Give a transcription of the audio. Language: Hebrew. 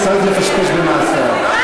אני